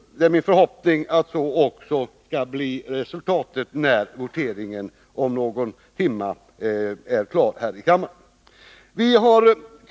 Min förhoppning är att vårt förslag också skall vinna kammarens bifall, när voteringen om någon timme är klar.